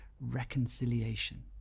reconciliation